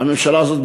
הממשלה הזאת,